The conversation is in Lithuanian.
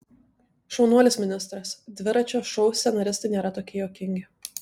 šaunuolis ministras dviračio šou scenaristai nėra tokie juokingi